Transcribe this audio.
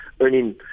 earning